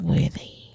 Worthy